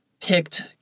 picked